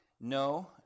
No